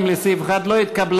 2 לסעיף 1 לא התקבלה.